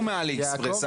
הוא מעלי אקספרס,